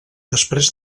després